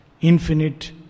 Infinite